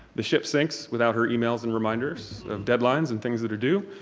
the ship sinks without her emails and reminders of deadlines and things that are due.